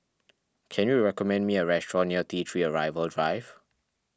can you recommend me a restaurant near T three Arrival Drive